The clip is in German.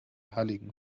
halligen